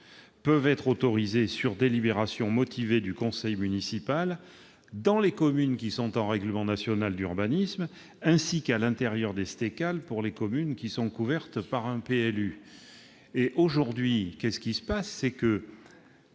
peuvent déjà être autorisées, sur délibération motivée du conseil municipal, dans les communes qui sont en règlement national d'urbanisme, ainsi qu'à l'intérieur des STECAL pour les communes qui sont couvertes par un PLU. Aujourd'hui, l'autorisation